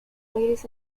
ladies